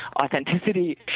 authenticity